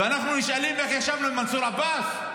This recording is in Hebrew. ואנחנו נשאלים איך ישבנו עם מנסור עבאס?